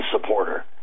supporter